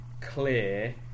clear